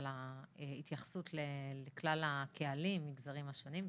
על ההתייחסות לכלל הקהלים והמגזרים השונים.